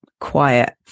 quiet